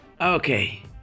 Okay